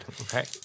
Okay